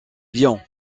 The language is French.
lyon